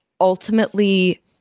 ultimately